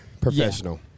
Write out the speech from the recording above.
Professional